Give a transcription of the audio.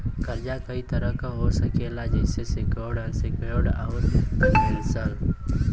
कर्जा कई तरह क हो सकेला जइसे सेक्योर्ड, अनसेक्योर्ड, आउर कन्वेशनल